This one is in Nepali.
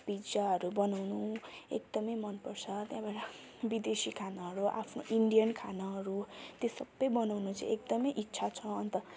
पिज्जाहरू बनाउनु एकदमै मनपर्छ त्यहाँबाट विदेशी खानाहरू आफ्नो इन्डियन खानाहरू त्यो सबै बनाउनु चाहिँ एकदमै इच्छा छ अन्त